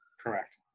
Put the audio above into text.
Correct